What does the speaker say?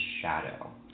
shadow